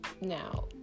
now